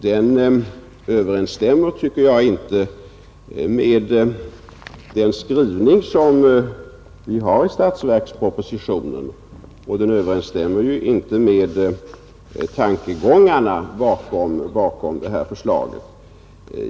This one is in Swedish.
Den överensstämmer — tycker jag — inte med den skrivning som vi har i statsverkspropositionen, och den överensstämmer inte med tankegångarna bakom det här förslaget.